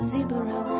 Zebra